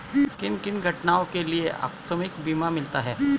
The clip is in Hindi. किन किन घटनाओं के लिए आकस्मिक बीमा मिलता है?